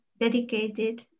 dedicated